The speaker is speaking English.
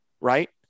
right